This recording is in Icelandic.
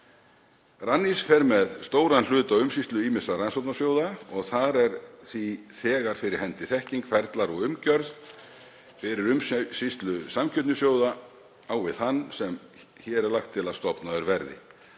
Rannís fer með stóran hluta umsýslu ýmissa rannsóknasjóða og þar er því þegar fyrir hendi þekking, ferlar og umgjörð fyrir umsýslu samkeppnissjóða á við þann sem hér er lagt til að stofnaður verði.